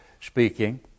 speaking